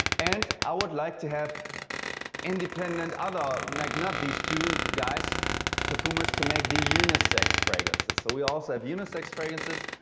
and i would like to have independent other like not these two guys perfumers to make the unisex fragrances. so, we also have unisex fragrances.